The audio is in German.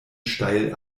steil